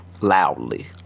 loudly